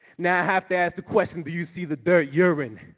now i have to ask the question do you see the the year when